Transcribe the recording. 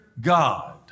God